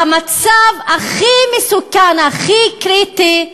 במצב הכי מסוכן, הכי קריטי,